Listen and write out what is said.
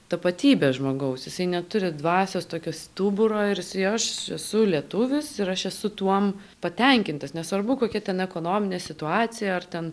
tapatybė žmogaus jisai neturi dvasios tokio stuburo ir jisai aš esu lietuvis ir aš esu tuom patenkintas nesvarbu kokia ten ekonominė situacija ar ten